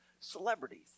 celebrities